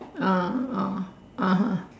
ah oh (uh huh)